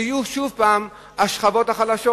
שוב השכבות החלשות,